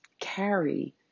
carry